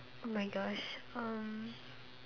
oh my gosh um